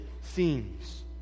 seems